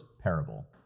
parable